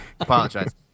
Apologize